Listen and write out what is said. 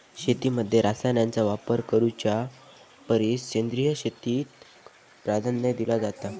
शेतीमध्ये रसायनांचा वापर करुच्या परिस सेंद्रिय शेतीक प्राधान्य दिलो जाता